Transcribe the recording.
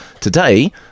today